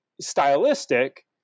stylistic